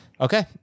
Okay